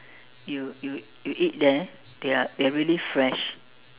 you you you eat there they are they're really fresh